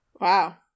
Wow